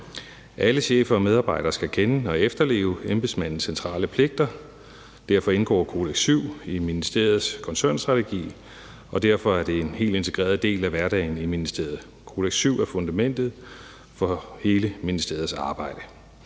Alle chefer og medarbejdere skal kende og efterleve embedsmandens centrale pligter. Derfor indgår »Kodex VII« i ministeriets koncernstrategi, og derfor er det en helt integreret del af hverdagen i ministeriet. »Kodex VII« er fundamentet for hele ministeriets arbejde.